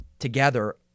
together